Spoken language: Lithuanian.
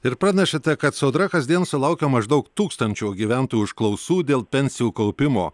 ir pranešate kad sodra kasdien sulaukia maždaug tūkstančio gyventojų užklausų dėl pensijų kaupimo